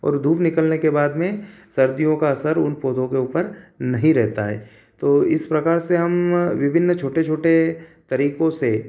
और धूप निकलने के बाद में सर्दियों का असर उन पौधों के ऊपर नहीं रहता है तो इस प्रकार से हम विभिन्न छोटे छोटे तरीकों से